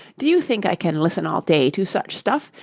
do you think i can listen all day to such stuff?